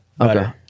Okay